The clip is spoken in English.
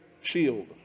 shield